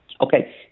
okay